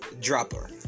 dropper